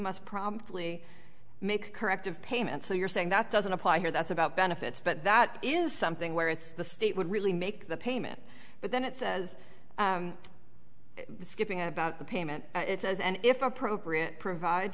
must promptly make corrective payments so you're saying that doesn't apply here that's about benefits but that is something where it's the state would really make the payment but then it says skipping about the payment it says and if appropriate provide